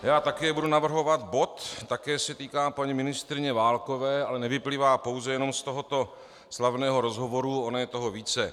Já také budu navrhovat bod, také se týká paní ministryně Válkové, ale nevyplývá pouze jenom z tohoto slavného rozhovoru, ono toho je více.